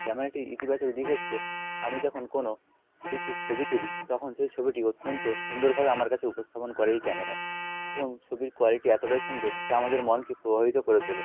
ক্যামেরাটির ইতিবাচক দিক হচ্ছে আমি যখন কোনো কিছুর ছবি তুলি তখন সেই ছবিটি অত্যন্ত সুন্দরভাবে আমার কাছে উপস্থাপন করে এই ক্যামেরা এবং ছবির কোয়ালিটি এতোটাই সুন্দর যা আমাদের মনকে প্রভাবিত করে তোলে